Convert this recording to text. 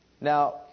Now